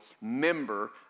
member